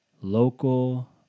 local